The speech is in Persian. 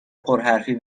پرحرفی